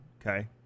okay